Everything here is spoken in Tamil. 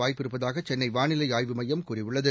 வாய்ப்பிருப்பதாக சென்னை வானிலை ஆய்வு மையம் கூறியுள்ளது